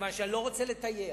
מכיוון שאני לא רוצה לטייח.